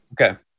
Okay